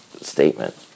statement